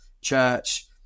church